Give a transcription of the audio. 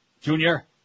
Junior